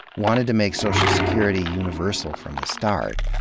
wanted to make social security universal from the start.